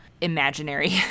imaginary